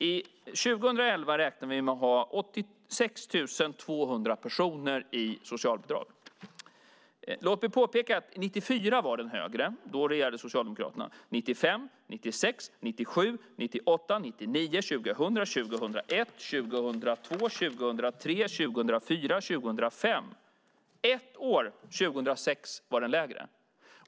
År 2011 räknar vi med att ha 86 200 personer i socialbidrag. Låt mig påpeka att 1994 var siffran högre. Då regerade Socialdemokraterna. Så var det 1995, 1996, 1997, 1998, 1999, 2000, 2001, 2002, 2003, 2004 och 2005. Ett år, 2006, var den lägre.